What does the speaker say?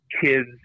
kids